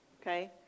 okay